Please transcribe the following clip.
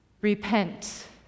repent